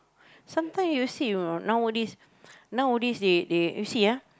sometimes you see you know nowadays nowadays they they you see ah